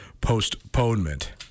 postponement